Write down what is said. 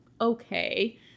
okay